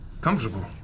comfortable